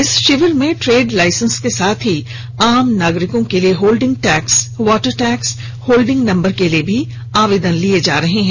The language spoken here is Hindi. इस शिविर में ट्रेड लाइसेंस के साथ ही आम नागरिकों के लिए holding tax water tax holding number के लिए भी आवेदन लिये जा रहे हैं